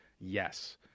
Yes